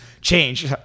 change